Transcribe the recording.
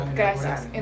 gracias